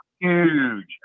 huge